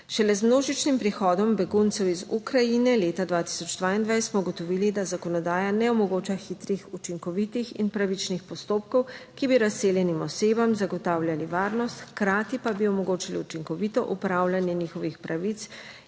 Šele z množičnim prihodom beguncev iz Ukrajine leta 2022 smo ugotovili, da zakonodaja ne omogoča hitrih, učinkovitih in pravičnih postopkov, ki bi razseljenim osebam zagotavljali varnost, hkrati pa bi omogočili učinkovito upravljanje njihovih pravic